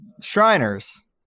Shriners